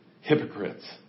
hypocrites